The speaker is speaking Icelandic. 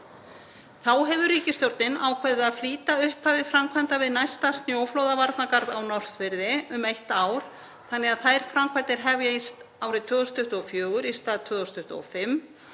Þá hefur ríkisstjórnin ákveðið að flýta upphafi framkvæmda við næsta snjóflóðavarnargarð á Norðfirði um eitt ár þannig að þær framkvæmdir hefjist árið 2024 í stað 2025.